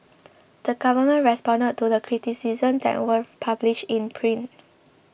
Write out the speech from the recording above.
the government responded to the criticisms that were published in print